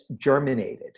germinated